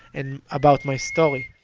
and about my story